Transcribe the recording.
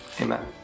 Amen